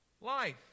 life